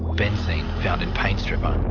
benzene, found in paint stripper,